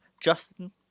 Justin